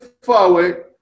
forward